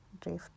drift